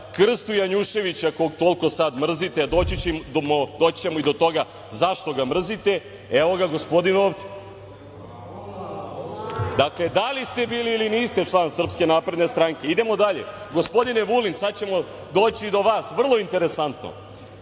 Krstu Janjuševića koliko sada toliko mrzite, doći ćemo i do toga zašto ga mrzite. Evo, ga gospodin ovde. Dakle, da li ste bili ili niste član SNS. Idemo dalje, gospodine Vulin sada ćemo doći i do vas, vrlo interesantno.